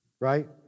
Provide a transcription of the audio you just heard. Right